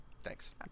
Thanks